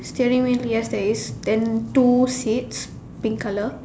steering wheel yes there is then two seats pink colour